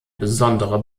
besondere